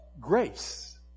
grace